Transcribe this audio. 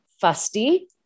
fusty